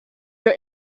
your